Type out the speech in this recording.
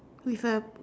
whistle